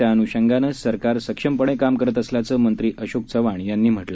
त्या अनुषंगाने सरकार सक्षमपणे काम करत असल्याचं मंत्री अशोक चव्हाण म्हणाले